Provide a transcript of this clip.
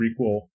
prequel